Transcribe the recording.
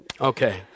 okay